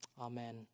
Amen